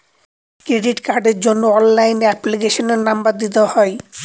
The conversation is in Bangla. ক্রেডিট কার্ডের জন্য অনলাইনে এপ্লিকেশনের নম্বর দিতে হয়